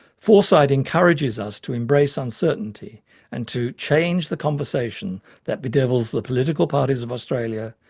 foresight encourages us to embrace uncertainty and to change the conversation that bedevils the political parties of australia,